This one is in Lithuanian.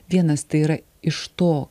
vienas tai yra iš to